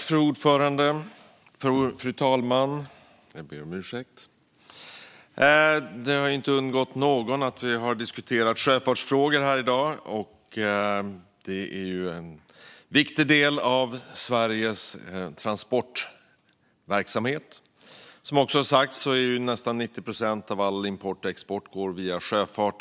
Fru talman! Det har inte undgått någon att vi diskuterar sjöfartsfrågor här i dag. Sjöfarten är en viktig del av Sveriges transportverksamhet. Som också har sagts går nästan 90 procent av all import och export via sjöfart.